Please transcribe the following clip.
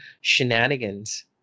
shenanigans